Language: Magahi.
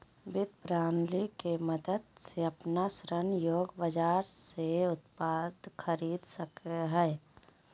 वित्त प्रणाली के मदद से अपन ऋण योग्य बाजार से उत्पाद खरीद सकेय हइ